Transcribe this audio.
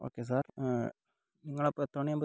okay sir നിങ്ങളപ്പോൾ എത്ര മണിയാവുമ്പോൾ